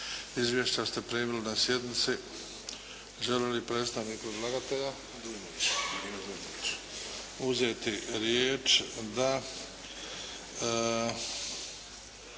Izvješća ste primili na sjednici. Želi li predstavnik predlagatelja uzeti riječ? Da.